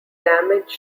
damage